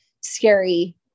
scary